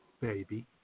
baby